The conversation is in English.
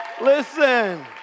Listen